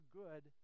good